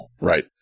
Right